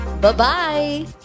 Bye-bye